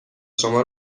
شما